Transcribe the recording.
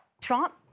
Trump